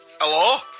Hello